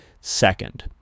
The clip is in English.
second